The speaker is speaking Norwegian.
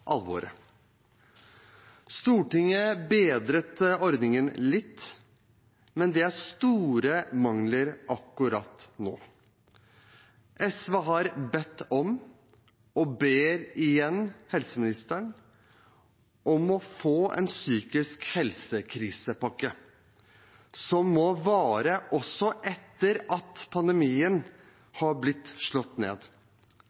alvoret. Stortinget bedret ordningen litt, men det er store mangler akkurat nå. SV har bedt, og ber igjen, helseministeren om å få en psykisk helse-krisepakke, som må vare også etter at pandemien er slått ned.